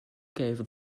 gave